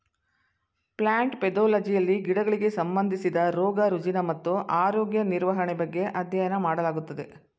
plant ಪೆದೊಲಜಿಯಲ್ಲಿ ಗಿಡಗಳಿಗೆ ಸಂಬಂಧಿಸಿದ ರೋಗ ರುಜಿನ ಮತ್ತು ಆರೋಗ್ಯ ನಿರ್ವಹಣೆ ಬಗ್ಗೆ ಅಧ್ಯಯನ ಮಾಡಲಾಗುತ್ತದೆ